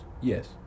Yes